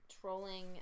trolling